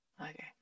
Okay